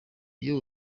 iyo